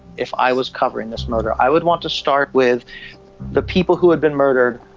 if i was covering this murder i would want to start with the people who had been murdered.